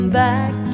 back